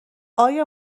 آیا